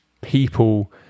people